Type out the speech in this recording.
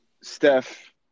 Steph